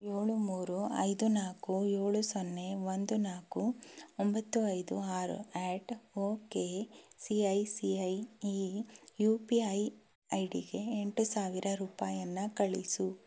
ಏಳು ಮೂರು ಐದು ನಾಲ್ಕು ಏಳು ಸೊನ್ನೆ ಒಂದು ನಾಲ್ಕು ಒಂಬತ್ತು ಐದು ಆರು at ok C I C I ಈ ಯು ಪಿ ಐ ಐ ಡಿಗೆ ಎಂಟು ಸಾವಿರ ರೂಪಾಯಿಯನ್ನ ಕಳಿಸು